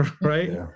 right